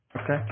Okay